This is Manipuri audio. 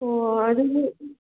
ꯑꯣ ꯑꯗꯨꯗꯤ